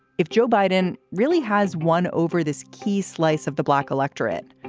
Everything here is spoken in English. if joe biden really has won over this key slice of the black electorate,